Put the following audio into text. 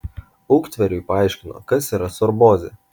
uktveriui paaiškino kas yra sorbozė